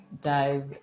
dive